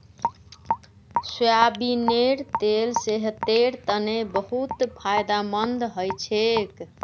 सोयाबीनेर तेल सेहतेर तने बहुत फायदामंद हछेक